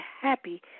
happy